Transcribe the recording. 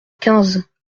quinze